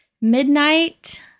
midnight